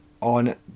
on